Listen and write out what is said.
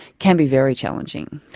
can be very challenging.